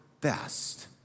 best